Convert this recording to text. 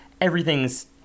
everything's